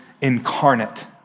incarnate